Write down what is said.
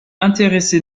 intéressé